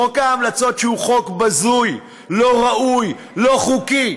חוק ההמלצות, שהוא חוק בזוי, לא ראוי, לא חוקי,